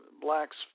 blacks